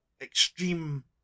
extreme